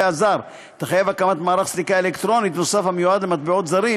זר תחייב הקמת מערך סליקה אלקטרונית נוסף המיועד למטבעות זרים,